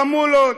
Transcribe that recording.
חמולות,